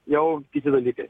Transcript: jau kiti dalykai